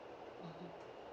mmhmm